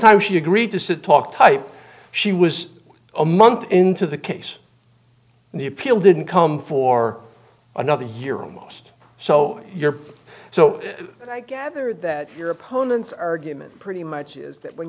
time she agreed to sit talk type she was a month into the case the appeal didn't come for another year almost so your so i gather that your opponents argument pretty much is that when